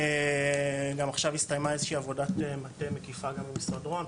גם עכשיו הסתיימה איזושהי עבודת מטה מקיפה גם במשרד רוה"מ,